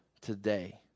today